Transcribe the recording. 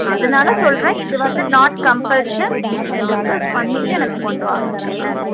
அதனால சொல்கிறேன் இது வந்து நாட் கம்பல்ஷன் நீங்கள் டிஸ்கஸ் பண்ணிவிட்டு எனக்கு கொண்டு வாங்க என்னென்ட்டு